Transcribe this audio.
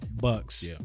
Bucks